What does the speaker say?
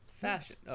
Fashion